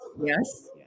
Yes